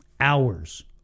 Hours